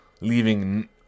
leaving